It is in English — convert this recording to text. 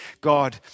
God